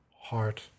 heart